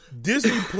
Disney